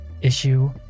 issue